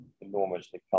enormously